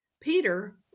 Peter